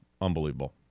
Unbelievable